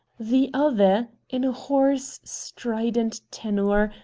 the other, in a hoarse, strident tenor,